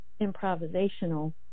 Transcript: improvisational